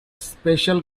special